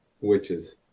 Witches